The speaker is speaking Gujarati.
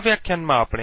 આ વ્યાખ્યાનમાં આપણે